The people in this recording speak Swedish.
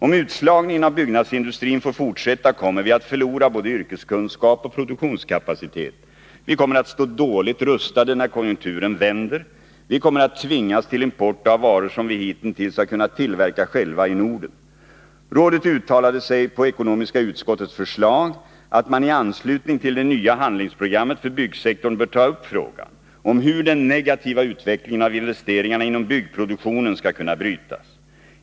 Om utslagningen av byggnadsindustrin får fortsätta kommer vi att förlora både yrkeskunskap och produktionskapacitet. Vi kommer att stå dåligt rustade när konjunkturen vänder. Vi kommer att tvingas till import av varor som vi hitintills har kunnat tillverka själva i Norden. Rådet uttalade på ekonomiska utskottets förslag att mani anslutning till det nya handlingsprogrammet för byggsektorn bör ta upp frågan om hur den negativa utvecklingen av investeringarna inom byggproduktionen skall kunna brytas.